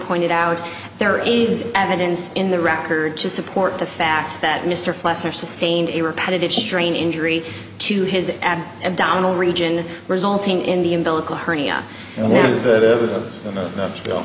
pointed out there is evidence in the record to support the fact that mr fletcher sustained a repetitive strain injury to his abdominal region resulting in the umbilical hernia